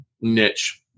niche